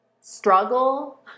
struggle